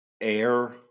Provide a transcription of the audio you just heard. air